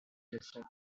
desert